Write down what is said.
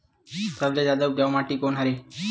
सबले जादा उपजाऊ माटी कोन हरे?